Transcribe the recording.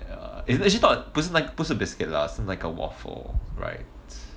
it it's actually not 不是那个不是 biscuit lah 是那个 waffle right